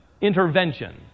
intervention